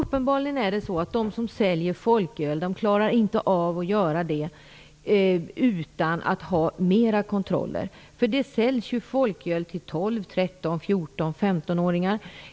Uppenbarligen är det så att de som säljer folköl inte klarar av det, utan det behövs mera kontroller. Det säljs ju folköl till 12-, 13-, 14 och 15 åringar.